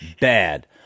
bad